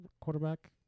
quarterback